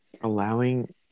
allowing